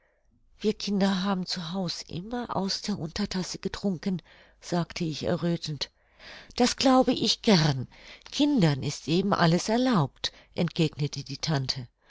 wir kinder haben zu haus immer aus der untertasse getrunken sagte ich erröthend das glaube ich gern kindern ist eben alles erlaubt entgegnete die tante